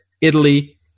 Italy